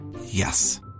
Yes